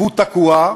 והוא תקוע,